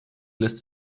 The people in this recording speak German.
lässt